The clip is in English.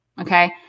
okay